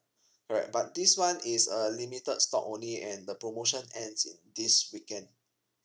correct but this one is uh limited stock only and the promotion ends in this weekend